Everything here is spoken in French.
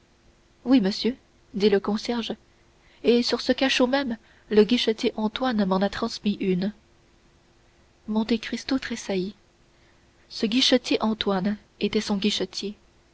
oui monsieur dit le concierge et sur ce cachot même le guichetier antoine m'en a transmis une monte cristo tressaillit ce guichetier antoine était son guichetier